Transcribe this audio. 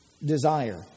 desire